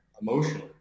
emotionally